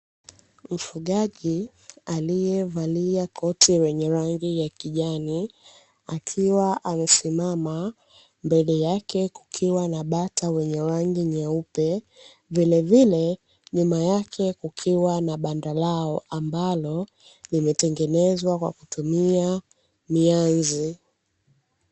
Mfugaji aliyevalia koti lenye rangi ya kijani akiwa amesimama mbele yake kukiwa na bata wenye rangi nyeupe, vilevile nyuma yake kukiwa na banda lao ambalo limetengenezwa kwa kutumia mianzi.